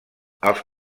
els